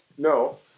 No